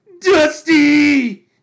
Dusty